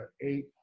eight